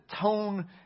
tone